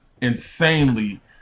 insanely